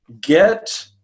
get